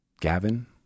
Gavin